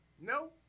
No